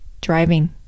Driving